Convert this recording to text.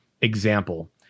example